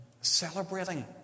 celebrating